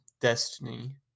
Destiny